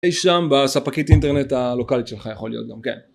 אי שם בספקית אינטרנט הלוקאלית שלך, יכול להיות גם, כן.